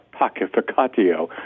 pacificatio